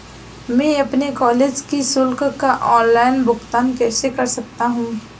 मैं अपने कॉलेज की शुल्क का ऑनलाइन भुगतान कैसे कर सकता हूँ?